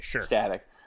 static